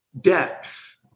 depth